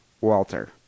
Walter